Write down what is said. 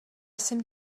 jsem